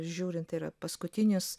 žiūrint yra paskutinis